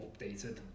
updated